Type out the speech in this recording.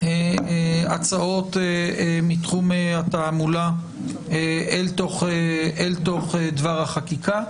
הצעות מתחום התעמולה לתוך דבר החקיקה.